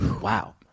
Wow